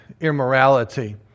immorality